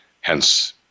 hence